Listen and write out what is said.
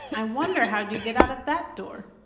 i wonder how you'd get out of that door.